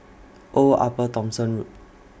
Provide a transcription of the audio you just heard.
Old Upper Thomson Road